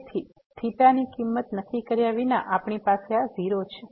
તેથી થેટાની કિંમત નક્કી કર્યા વિના આપણી પાસે આ 0 છે